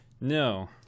no